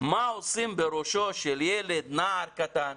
מה עושים בראשו של ילד, נער קטן,